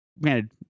man